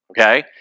Okay